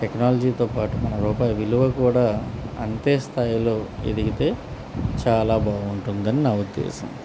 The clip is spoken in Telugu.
టెక్నాలజీతో పాటు రూపాయి విలువ కూడా అంతే స్థాయిలో ఎదిగితే చాలా బాగుంటుందని నా ఉద్దేశం